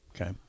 Okay